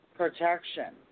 protection